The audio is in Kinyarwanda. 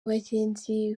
bagenzi